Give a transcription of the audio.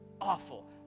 awful